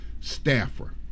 staffer